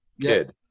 kid